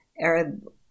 Arab